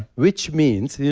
which means, yeah